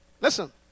Listen